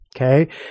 Okay